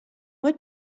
what